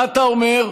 מה אתה אומר?